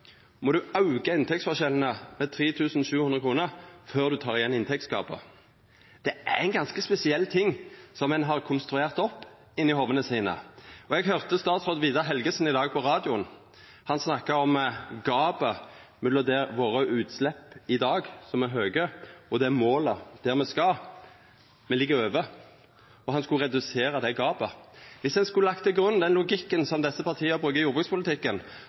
må du auka inntektsforskjellane med 3 700 kr før du tek igjen inntektsgapet? Det er ein ganske spesiell ting som ein har konstruert opp inni hovuda sine. Eg høyrde statsråd Vidar Helgesen i dag på radioen. Han snakka om gapet mellom våre utslepp i dag, som er høge, og måla for dit me skal – me ligg over, og han skulle redusera dette gapet. Dersom ein skulle ha lagt til grunn den logikken som desse partia bruker i jordbrukspolitikken,